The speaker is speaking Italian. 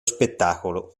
spettacolo